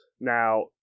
Now